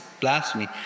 blasphemy